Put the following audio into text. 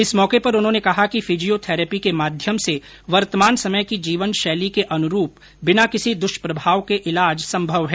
इस मौके पर उन्होंने कहा कि फिजियोथेरेपी को माध्यम से वर्तमान समय की जीवनशैली के अनुरूप बिना किसी दुष्प्रभाव के इलाज संभव है